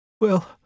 Well